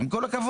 עם כל הכבוד.